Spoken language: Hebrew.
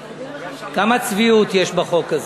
כמה צביעות יש בחוק הזה.